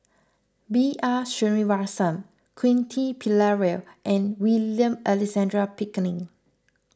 B R Sreenivasan Quentin Pereira and William Alexander Pickering